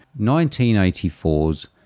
1984's